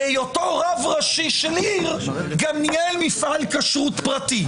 בהיותו רב ראשי של עיר, ניהל מפעל כשרות פרטי.